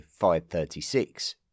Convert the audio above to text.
536